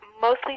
mostly